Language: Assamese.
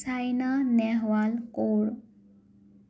ছাইনা নেহৱাল ক'ৰ